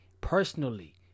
personally